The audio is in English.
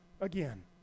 again